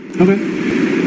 okay